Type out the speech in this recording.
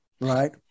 right